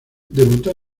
debutó